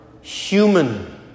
human